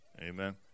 Amen